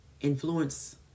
influence